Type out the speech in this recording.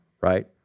right